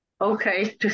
Okay